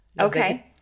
Okay